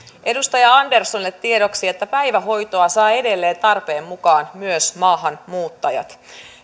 edustaja anderssonille tiedoksi että päivähoitoa saavat edelleen tarpeen mukaan myös maahanmuuttajat